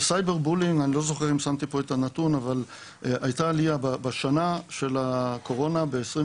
בcyber bullying הייתה עליה בשנה של הקורונה ב-2021